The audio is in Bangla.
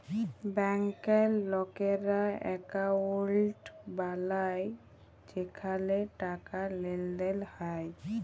ব্যাংকে লকেরা একউন্ট বালায় যেখালে টাকার লেনদেল হ্যয়